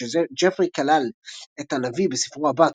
כשג'פרי כלל את הנביא בספרו הבא,